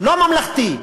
לא ממלכתי,